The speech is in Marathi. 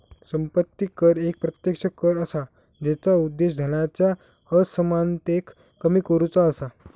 संपत्ती कर एक प्रत्यक्ष कर असा जेचा उद्देश धनाच्या असमानतेक कमी करुचा असा